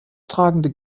tragenden